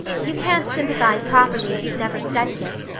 you can't sympathize properly if you've never studied it.